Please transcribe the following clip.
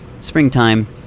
springtime